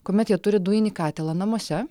kuomet jie turi dujinį katilą namuose